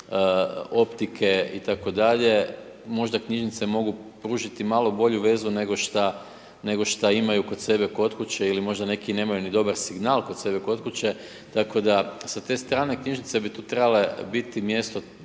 optike itd., možda knjižnice mogu pružiti malo bolju vezu nego što imaju kod sebe kod kuće ili možda neki nemaju ni dobar signal kod sebe kod kuće, tako da sa te strane, knjižnice bi tu trebale biti mjesto